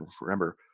remember